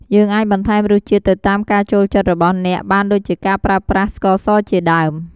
យើងអាចបន្ថែមរសជាតិទៅតាមការចូលចិត្តរបស់អ្នកបានដូចជាការប្រើប្រាស់ស្កសរជាដើម។